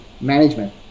management